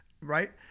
right